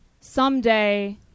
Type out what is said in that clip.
someday